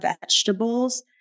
vegetables